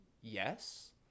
yes